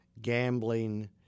gambling